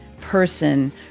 person